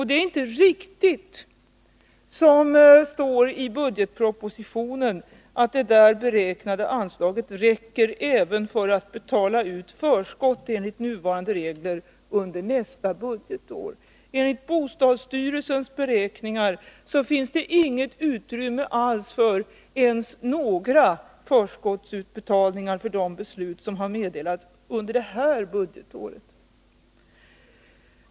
Det är inte riktigt, som det står i budgetpropositionen, att det där beräknade anslaget räcker även för att betala ut förskott enligt nuvarande regler under nästa budgetår. Enligt bostadsstyrelsens beräkningar finns det inget utrymme alls för ens några förskottsutbetalningar när det gäller de beslut som har meddelats under det här budgetåret.